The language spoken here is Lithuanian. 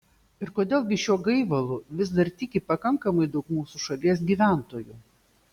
ir kodėl gi šiuo gaivalu vis dar tiki pakankamai daug mūsų šalies gyventojų